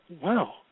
wow